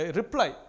reply